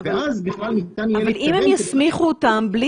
ואז בכלל ניתן יהיה להתקדם --- אבל אם הם יסמיכו אותם בלי